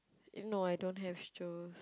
no I don't have Joe